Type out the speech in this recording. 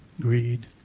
greed